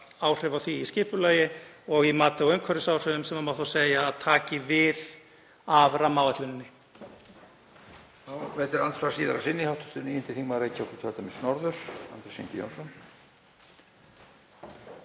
áhrif af því í skipulagi og í mati á umhverfisáhrifum sem má segja að taki við af rammaáætluninni.